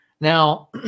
Now